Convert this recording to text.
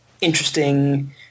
interesting